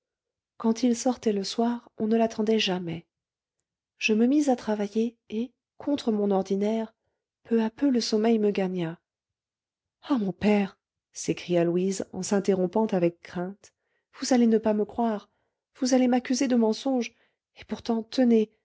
quand il sortait le soir on ne l'attendait jamais je me mis à travailler et contre mon ordinaire peu à peu le sommeil me gagna ah mon père s'écria louise en s'interrompant avec crainte vous allez ne pas me croire vous allez m'accuser de mensonge et pourtant tenez